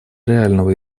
реального